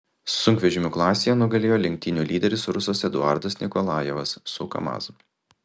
sunkvežimių klasėje nugalėjo lenktynių lyderis rusas eduardas nikolajevas su kamaz